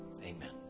Amen